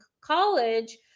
college